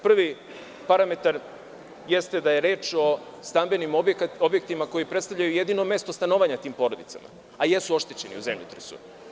Prvi parametar jeste da je reč o stambenim objektima koji predstavljaju jedino mesto stanovanja tim porodicama, a jesu oštećene u zemljotresu.